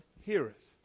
heareth